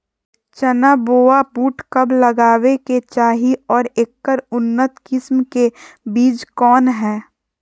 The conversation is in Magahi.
चना बोया बुट कब लगावे के चाही और ऐकर उन्नत किस्म के बिज कौन है?